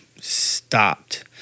stopped